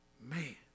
Man